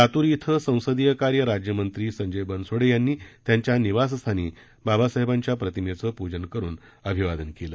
लातूर इथं संसदीयकार्य राज्य मंत्री संजय बनसोडे यांनी त्यांच्या निवासस्थानी बाबासाहेबांच्या प्रतिमेचं पूजन करून अभिवादन केलं